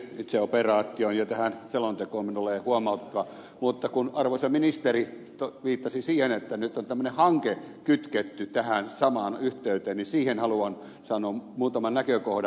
itse operaatioon ja tähän selontekoon minulla ei ole huomautettavaa mutta kun arvoisa ministeri viittasi siihen että nyt on tämmöinen hanke kytketty tähän samaan yhteyteen niin siihen haluan sanoa muutaman näkökohdan